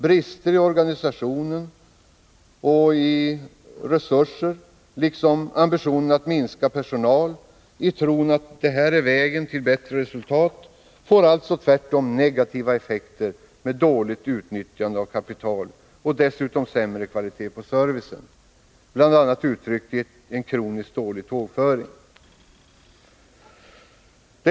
Brister när det gäller organisationen och resurser liksom ambitionen att minska personal i tron att det är vägen till bättre resultat får alltså i stället negativa effekter med dåligt utnyttjande av kapital och dessutom sämre kvalitet på servicen. Detta tar sig bl.a. uttryck i en kroniskt dålig tågföring. Bl.